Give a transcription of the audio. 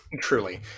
Truly